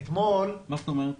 מה זאת אומרת?